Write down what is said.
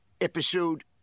episode